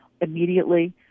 immediately